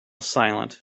silent